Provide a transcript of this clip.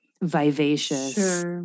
vivacious